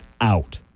out